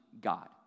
God